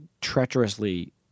treacherously